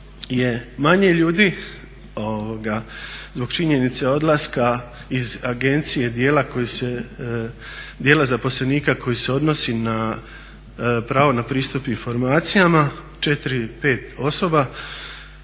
manje ljudi zbog činjenice odlaska iz agencije dijela zaposlenika koji se odnosi na pravo na pristup informacijama, 4-5 osoba